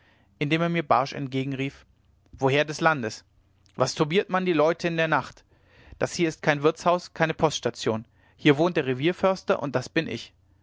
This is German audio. indem er mir barsch entgegenrief woher des landes was turbiert man die leute in der nacht das ist hier kein wirtshaus keine poststation hier wohnt der revierförster und das bin ich